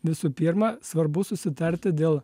visų pirma svarbu susitarti dėl